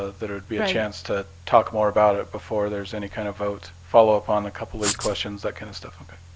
ah that it would be a chance to talk more about it before there's any kind of vote. follow up on a couple of these questions, that kind of stuff.